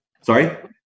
Sorry